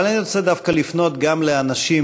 אבל אני רוצה דווקא לפנות גם לאנשים